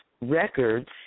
Records